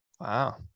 Wow